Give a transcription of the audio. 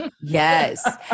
Yes